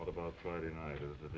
what about friday night is